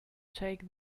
take